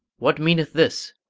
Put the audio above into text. what meaneth this?